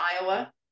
Iowa